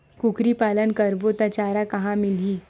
कुकरी पालन करबो त चारा कहां मिलही?